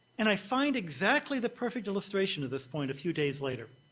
and i find exactly the perfect illustration of this point a few days later.